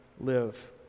live